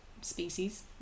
species